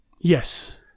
Yes